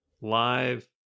live